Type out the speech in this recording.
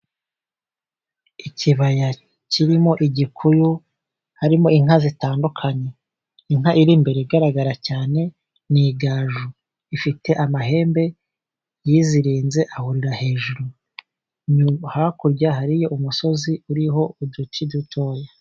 Ikibaya kirimo igikuyu, harimo inka zitandukanye, inka iri imbere igaragara cyane ni igaju. Ifite amahembe yizirinze ahurira hejuru. Hakurya hari yo umusozi uriho uduti dutoya.